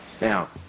Now